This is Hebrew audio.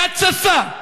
בהתססה,